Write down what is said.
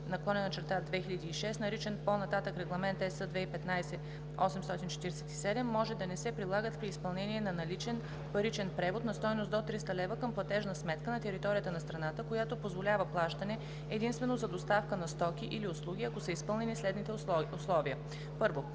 (ЕО) № 1781/2006, наричан по-нататък „Регламент (ЕС) 2015/847“, може да не се прилагат при изпълнение на наличен паричен превод на стойност до 300 лв. към платежна сметка на територията на страната, която позволява плащане единствено за доставка на стоки или услуги, ако са изпълнени следните условия: 1.